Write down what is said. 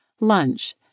Lunch